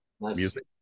music